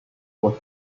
was